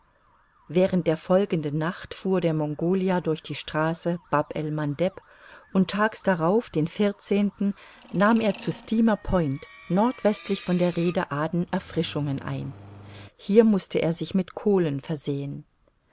während der folgenden nacht fuhr der mongolia durch die straße bab el mandeb und tags darauf den vierzehnten nahm er zu steamer point nordwestlich von der rhede aden erfrischungen ein hier mußte er sich mit kohlen versehen